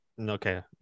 okay